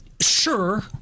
Sure